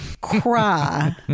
cry